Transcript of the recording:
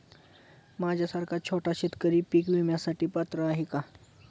माझ्यासारखा छोटा शेतकरी पीक विम्यासाठी पात्र आहे का?